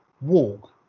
walk